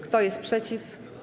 Kto jest przeciw?